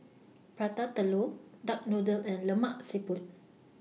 Prata Telur Duck Noodle and Lemak Siput